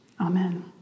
Amen